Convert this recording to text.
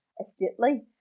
astutely